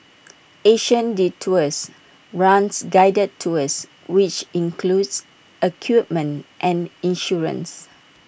Asian Detours runs guided tours which includes equipment and insurance